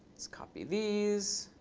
let's copy these.